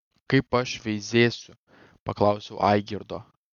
kaip aš veizėsiu paklausiau aigirdo